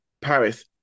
Paris